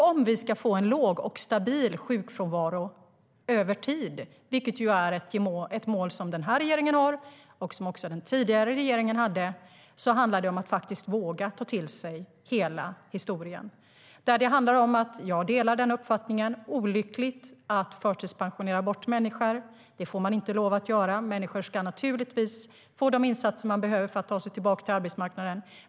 Om vi ska få en låg och stabil sjukfrånvaro över tid, vilket är ett mål som den nuvarande regeringen har och som den tidigare regeringen hade, handlar det om att våga ta till sig hela historien. Jag delar uppfattningen att det var olyckligt att förtidspensionera bort människor. Det får man inte lov att göra. Människor ska naturligtvis få de insatser de behöver för att ta sig tillbaka till arbetsmarknaden.